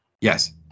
Yes